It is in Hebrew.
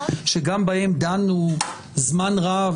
שגם בהם דנו זמן רב,